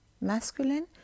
masculine